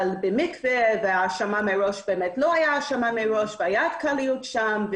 והייתה התקהלות שם.